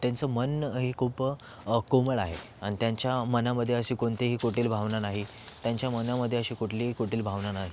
त्यांचं मन हे खूप कोमल आहे त्यांच्या मनामध्ये असे कोणतीही कुटील भावना नाही त्यांच्या मनामध्ये असे कुठलीही कुटील भावना नाही